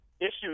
issues